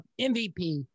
MVP